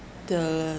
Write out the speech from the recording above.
the